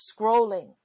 scrolling